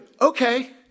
Okay